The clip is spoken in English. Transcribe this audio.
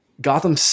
Gotham